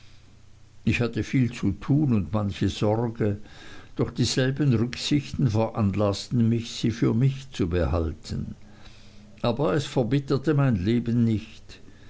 ich hatte viel zu tun und manche sorge doch dieselben rücksichten veranlaßten mich sie für mich zu behalten aber es verbitterte mein leben nicht